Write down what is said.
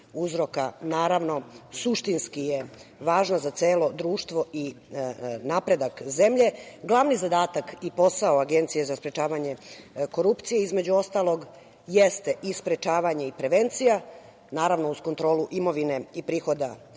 uzroka naravno suštinski je važna za celo društvo i napredak zemlje. Glavni zadatak i posao Agencije za sprečavanje korupcije, između ostalog, jeste i sprečavanje i prevencija, naravno uz kontrolu imovine i prihoda